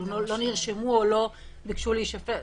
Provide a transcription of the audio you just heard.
אם הם לא נרשמו או לא ביקשו להישפט?